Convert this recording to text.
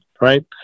right